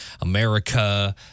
America